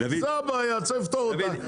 זאת הבעיה - צריך לפתור אותה,